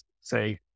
say